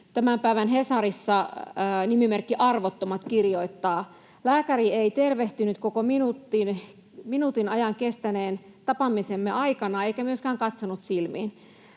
Tämän päivän Hesarissa nimimerkki Arvottomat kirjoittaa, että lääkäri ei tervehtinyt koko minuutin ajan kestäneen tapaamisen aikana eikä myöskään katsonut silmiin.